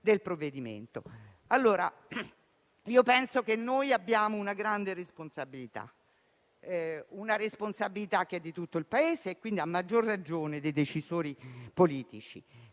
del provvedimento. Penso che noi abbiamo una grande responsabilità; una responsabilità che è di tutto il Paese e quindi, a maggior ragione, dei decisori politici.